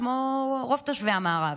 כמו רוב תושבי המערב.